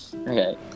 Okay